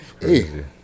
Hey